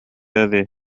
هذه